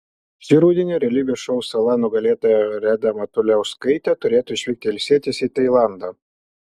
šį rudenį realybės šou sala nugalėtoja reda matuliauskaitė turėtų išvykti ilsėtis į tailandą